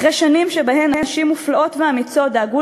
אחרי שנים שבהן נשים מופלאות ואמיצות דאגו